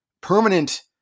permanent